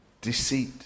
deceit